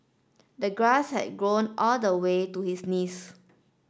the grass had grown all the way to his knees